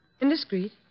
Indiscreet